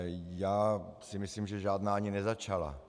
Já si myslím, že žádná ani nezačala.